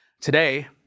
Today